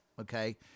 okay